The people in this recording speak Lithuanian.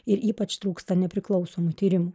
ir ypač trūksta nepriklausomų tyrimų